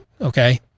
okay